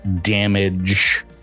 damage